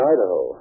Idaho